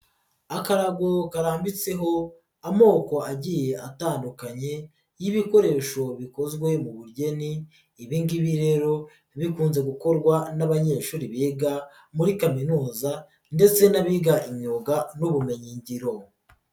Akarago karambitseho amoko agiye atandukanye y'ibikoresho bikozwe mugeni, ibi ngibi rero bikunze gukorwa n'abanyeshuri biga muri kaminuza ndetse n'abiga imyuga n'ubumenyingiro.